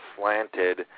slanted